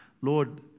Lord